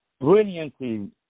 brilliantly